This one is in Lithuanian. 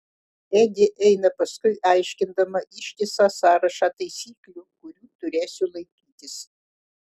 edi eina paskui aiškindama ištisą sąrašą taisyklių kurių turėsiu laikytis